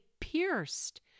pierced